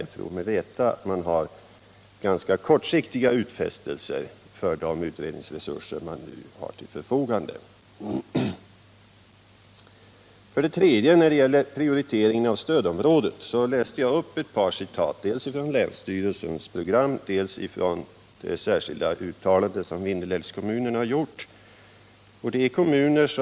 Jag tror mig veta att regeringen har gjort ganska kortsiktiga utfästelser för de utredningsresurser som står till förfogande. När det gäller min tredje fråga om prioriteringen av stödområdet läste jag upp ett par citat dels från länsstyrelsens program, dels från det särskilda uttalande som Vindelälvskommunerna har gjort.